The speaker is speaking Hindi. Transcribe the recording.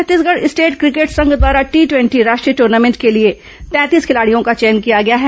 छत्तीसगढ़ स्टेट क्रिकेट संघ द्वारा टी द्वेंटी राष्ट्रीय टूर्नामेंट के लिए तैंतीस खिलाड़ियों का चयन किया गया है